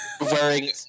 wearing